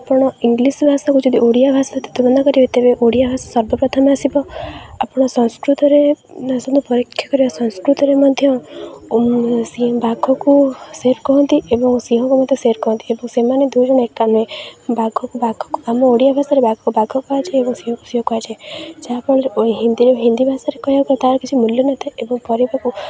ଆପଣ ଇଂଗ୍ଲିଶ୍ ଭାଷାକୁ ଯଦି ଓଡ଼ିଆ ଭାଷା ସହ ତୁଳନା କରିବେ ତେବେ ଓଡ଼ିଆ ଭାଷା ସର୍ବପ୍ରଥମେ ଆସିବ ଆପଣ ସଂସ୍କୃତରେ ପରୀକ୍ଷା କରିବା ସଂସ୍କୃତରେ ମଧ୍ୟ ସିଏ ବାଘକୁ ସେର୍ କୁହନ୍ତି ଏବଂ ସିଂହକୁ ମଧ୍ୟ ସେର୍ କହନ୍ତି ଏବଂ ସେମାନେ ଦୁଇ ଜଣ ଏକା ନୁହେଁ ବାଘକୁ ବାଘକୁ ଆମ ଓଡ଼ିଆ ଭାଷାରେ ବାଘ କୁହାଯାଏ ଏବଂ ସିଂହକୁ ସିଂହ କୁହାଯାଏ ଯାହାଫଳରେ ହିନ୍ଦୀରେ ହିନ୍ଦୀ ଭାଷାରେ କହିବାକୁ ତା'ର କିଛି ମୂଲ୍ୟ ନଥାଏ ଏବଂ ପରିବାକୁ